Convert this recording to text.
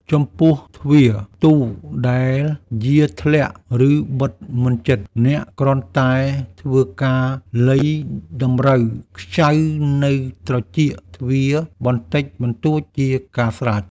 ចំពោះទ្វារទូដែលយារធ្លាក់ ឬបិទមិនជិត អ្នកគ្រាន់តែធ្វើការលៃតម្រូវខ្ចៅនៅត្រចៀកទ្វារបន្តិចបន្តួចជាការស្រេច។